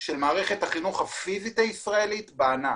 של מערכת החינוך הפיזית הישראלית בענן.